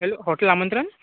hello hotel आमंत्रण